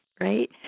right